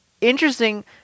interesting